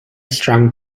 strong